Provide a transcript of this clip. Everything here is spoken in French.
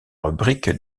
rubrique